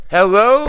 Hello